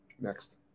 Next